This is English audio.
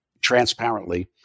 transparently